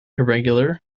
irregular